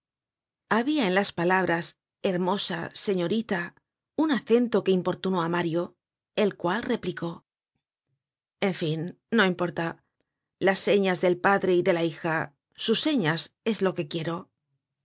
en las palabras hermosa señorita un acento que importunó á mario el cual replicó en fin no importa las señas del padre y de la hija sus señas es lo que quiero